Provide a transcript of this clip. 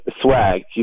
swag